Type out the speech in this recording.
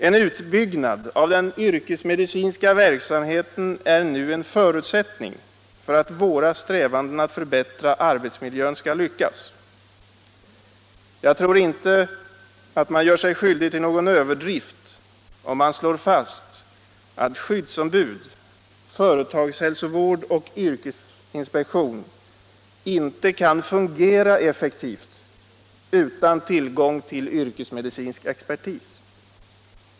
En utbyggnad av den yrkesmedicinska verksamheten är nu en förutsättning för att våra strävanden att förbättra arbetsmiljön skall lyckas. Jag tror inte man gör sig skyldig till någon överdrift om man slår fast att skyddsombud, företagshälsovård och yrkesinspektion inte kan fungera effektivt utan tillgång till yrkesmedicinsk expertis.